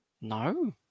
No